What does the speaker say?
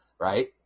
right